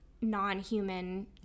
non-human